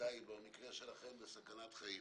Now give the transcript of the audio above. ודאי במקרה שלכם, בסכנת חיים.